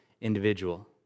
individual